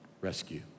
rescue